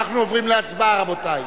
אנחנו עוברים להצבעה, רבותי.